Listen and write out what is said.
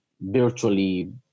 virtually